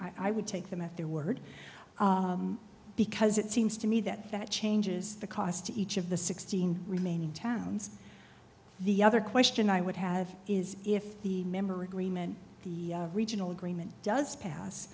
i would take them at their word because it seems to me that that changes the cost to each of the sixteen remaining towns the other question i would have is if the member agreement the regional agreement does